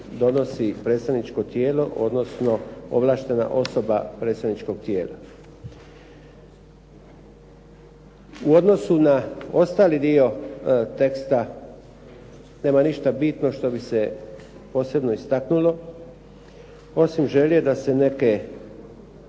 donosi predstavničko tijelo odnosno ovlaštena osoba predstavničkog tijela. U odnosu na ostali dio teksta, nema ništa bitno što bi se posebno istaknulo, osim želje da se neke